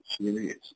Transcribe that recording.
serious